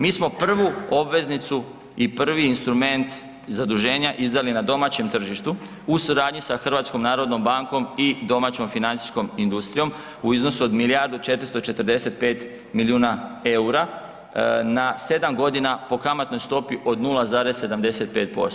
Mi smo prvu obveznicu i prvi instrument zaduženja izdali na domaćem tržištu u suradnji sa HNB i domaćom financijskom industrijom u iznosu od milijardu 455 milijuna EUR-a na 7 godina po kamatnoj stopi od 0,75%